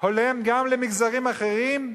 הולם גם למגזרים אחרים?